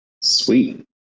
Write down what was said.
Sweet